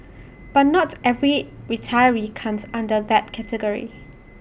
but not every retiree comes under that category